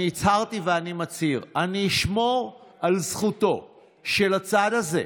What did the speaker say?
אני הצהרתי ואני מצהיר: אני אשמור על זכותו של הצד הזה,